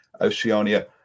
Oceania